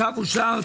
הצבעה הצו אושר.